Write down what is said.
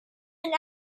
and